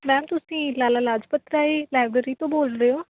ma'am ਤੁਸੀਂ Lala Lajpat Rai library ਤੋਂ ਬੋਲ ਰਹੇ ਹੋ